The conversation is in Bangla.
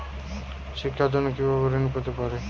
শিক্ষার জন্য কি ভাবে ঋণ পেতে পারি?